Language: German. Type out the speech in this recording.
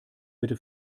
bitte